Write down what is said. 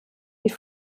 die